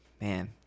man